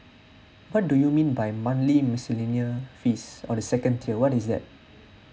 what do you mean by monthly miscellaneous fees or the second tier what is that